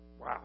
Wow